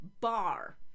bar